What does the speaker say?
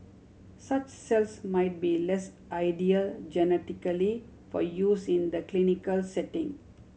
such cells might be less ideal genetically for use in the clinical setting